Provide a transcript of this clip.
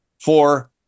for-